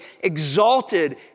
exalted